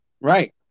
right